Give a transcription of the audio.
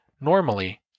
Normally